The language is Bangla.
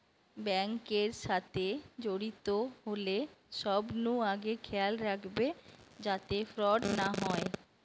বেঙ্ক এর সাথে জড়িত হলে সবনু আগে খেয়াল রাখবে যাতে ফ্রড না হয়